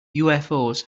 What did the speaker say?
ufos